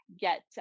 get